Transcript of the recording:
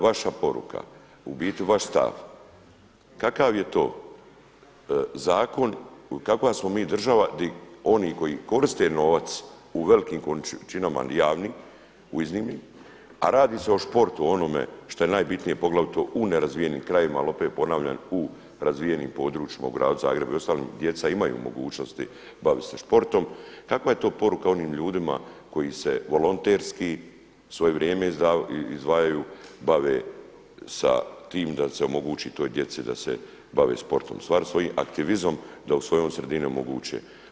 Vaša poruka, u biti vaš stav, kakav je to zakon kakva smo mi država gdje oni koji koriste novac u velikim količinama javni u …, a radi se o sportu onome šta je najbitnije poglavito u nerazvijenim krajevima, ali opet ponavljam, u razvijenim područjima u gradu Zagrebu i ostalim djeca imaju mogućnosti baviti se sportom, kakva je to poruka onim ljudima koji se volonterski i svoje vrijeme izdvajaju bave sa tim da se omogući toj djeci da se bave sportom, stvari svojim aktivizmom da u svojoj sredini omoguće.